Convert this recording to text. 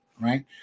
right